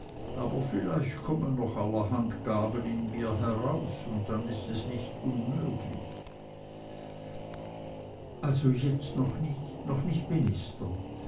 aber vielleicht kommen noch allerhand gaben in mir heraus und dann ist es nicht unmöglich also jetzt noch nicht noch nicht minister